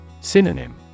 Synonym